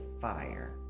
fire